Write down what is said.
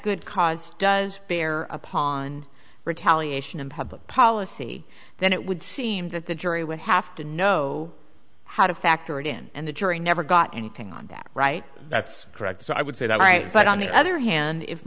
good cause does bear upon retaliation in public policy then it would seem that the jury would have to know how to factor it in and the jury never got anything on that right that's correct so i would say that right side on the other hand if